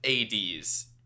ADs